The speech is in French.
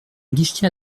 guichetier